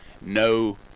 no